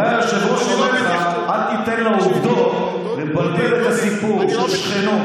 הרי היושב-ראש אמר לך: אל תיתן לעובדות לבלגן את הסיפור של שכנו,